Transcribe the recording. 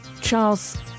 Charles